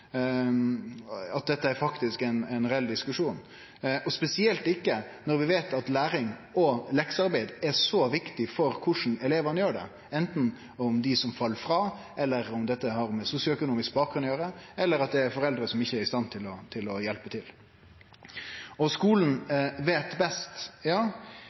at dette faktisk er ein reell diskusjon – spesielt ikkje når vi veit at øving og leksearbeid er så viktig for korleis elevane gjer det, anten det gjeld dei som fell ifrå, om dette har med sosioøkonomisk bakgrunn å gjere, eller at det er foreldre som ikkje er i stand til å hjelpe til. Skulen veit best – ja,